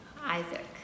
Isaac